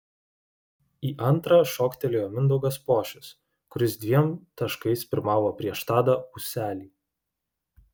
į antrą šoktelėjo mindaugas pošius kuris dviem taškais pirmavo prieš tadą ūselį